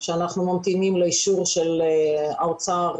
שאנחנו ממתינים לאישור של האוצר